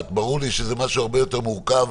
שאם המשמרת הראשונה נגמרת ב-15:00